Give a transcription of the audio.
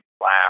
laugh